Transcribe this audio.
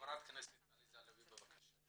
חברת הכנסת עליזה לביא בבקשה.